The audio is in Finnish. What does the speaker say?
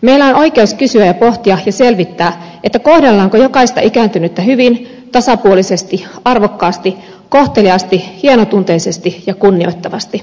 meillä on oikeus kysyä ja pohtia ja selvittää kohdellaanko jokaista ikääntynyttä hyvin tasapuolisesti arvokkaasti kohteliaasti hienotunteisesti ja kunnioittavasti